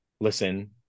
listen